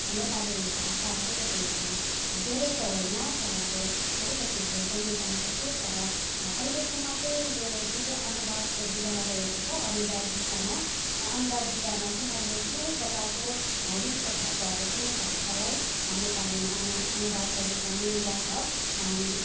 नेपाली भाषा अलिकति अब धेरै त होइन तर अब अलिकति भए पनि जान्दछु तर अहिलेसम्म चाहिँ यो जुन चाहिँ अनुवादको विधा रहेको छ अनुवाद विषयमा अनुवाद विधामा चाहिँ मैले कुनै प्रकारको यस्तो खाले कुनै भाषालाई नेपालीमा अनु अनुवाद गर्नु पर्ने वा त